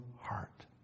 heart